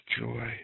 joy